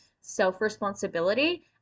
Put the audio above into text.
self-responsibility